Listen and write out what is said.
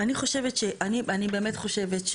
אני חושבת, אני באמת חושבת,